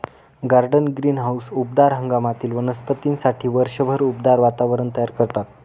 garden greenhouse उबदार हंगामातील वनस्पतींसाठी वर्षभर उबदार वातावरण तयार करतात